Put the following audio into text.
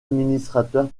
administrateur